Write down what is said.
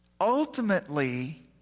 ultimately